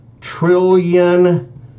trillion